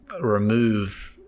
remove-